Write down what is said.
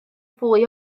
fwy